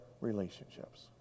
relationships